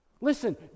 Listen